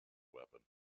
weapon